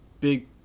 big